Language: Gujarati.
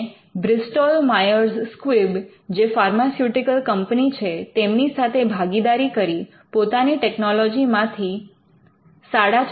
તેણે બ્રિસ્ટોલ માયર્સ સ્ક્વિબ જે ફાર્માસ્યુટિકલ કંપની છે તેમની સાથે ભાગીદારી કરી પોતાની ટેકનોલોજી માંથી ૪